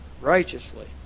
righteously